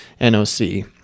noc